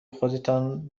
خودتان